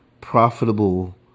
profitable